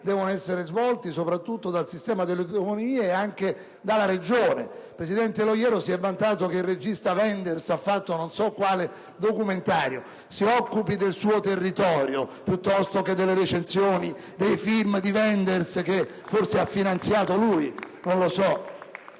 devono essere svolti soprattutto dal sistema delle autonomie, e anche dalla Regione. Il presidente Loiero si è vantato che il regista Wenders ha fatto non so quale documentario. Si occupi del suo territorio piuttosto che delle recensioni dei film di Wenders, che forse - non lo so